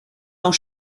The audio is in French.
dans